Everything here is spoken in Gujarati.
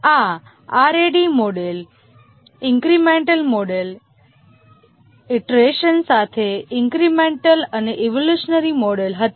આ R A D model incremental model iteration સાથે ઈન્ક્રિમેન્ટલ અને ઈવોલ્યુશનરી મોડેલ હતા